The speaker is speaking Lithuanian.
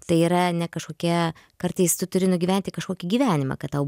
tai yra ne kažkokia kartais tu turi nugyventi kažkokį gyvenimą kad tau